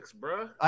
bro